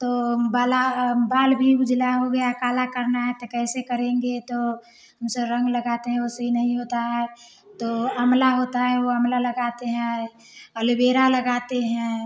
तो बाला बाल भी उजला हो गया काला करना है तो कैसे करेंगे तो उसे रंग लगाते हैं उसे नहीं होता है तो आंवला होता है वह आंवला लगाते हैं अलोवेरा लगाते हैं